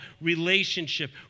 relationship